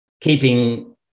keeping